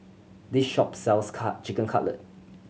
this shop sells Cut Chicken Cutlet